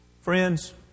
Friends